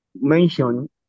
mention